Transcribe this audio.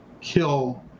kill